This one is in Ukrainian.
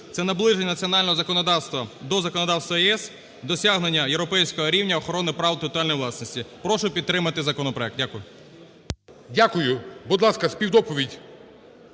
це наближення національного законодавства до законодавства ЄС, досягнення європейського рівня охорони прав територіальної власності. Прошу підтримати законопроект. Дякую. ГОЛОВУЮЧИЙ. Дякую. Будь ласка, співдоповідь.